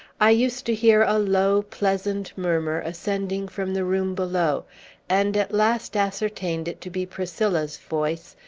i used to hear a low, pleasant murmur ascending from the room below and at last ascertained it to be priscilla's voice,